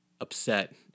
upset